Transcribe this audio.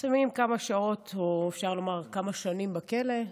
שמים כמה שנים בכלא,